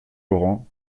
laurent